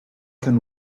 can